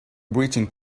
breaching